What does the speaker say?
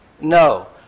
No